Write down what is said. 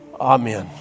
Amen